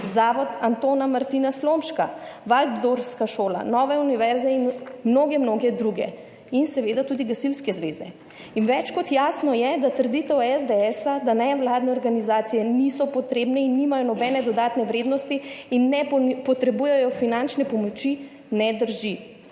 Zavod Antona Martina Slomška, Valdorfska šola, nove univerze in mnoge mnoge druge in seveda tudi gasilske zveze. In več kot jasno je, da trditev SDS, da nevladne organizacije niso potrebne in nimajo nobene dodane vrednosti in ne potrebujejo finančne pomoči, ne drži.